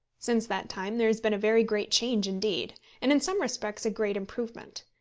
since that time there has been a very great change indeed and in some respects a great improvement.